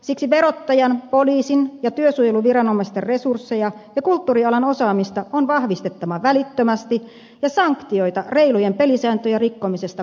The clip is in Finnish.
siksi verottajan poliisin ja työsuojeluviranomaisten resursseja ja kulttuurialan osaamista on vahvistettava välittömästi ja sanktioita reilujen pelisääntöjen rikkomisesta kovennettava